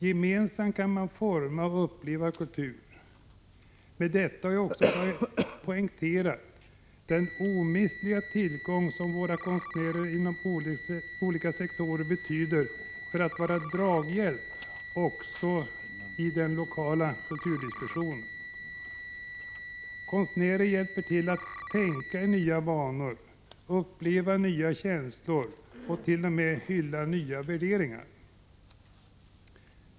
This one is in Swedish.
Tillsammans kan man forma och uppleva kultur. Med detta har jag också poängterat den omistliga tillgång som våra konstnärer inom olika sektorer utgör som draghjälp också åt den lokala kulturen. Konstnärer hjälper oss att tänka i nya banor, att uppleva nya känslor och t.o.m. att hylla nya värderingar.